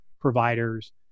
providers